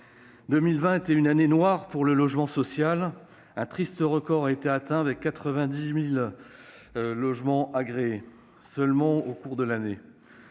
2020 a été une année noire pour le logement social. Un triste record a été atteint, seuls 90 000 logements ayant été agréés au cours de l'année.